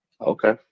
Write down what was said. Okay